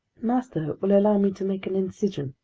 master will allow me to make an incision,